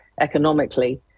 economically